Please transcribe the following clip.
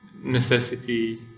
necessity